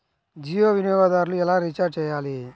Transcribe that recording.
జియో వినియోగదారులు ఎలా రీఛార్జ్ చేయాలి?